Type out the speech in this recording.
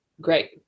Great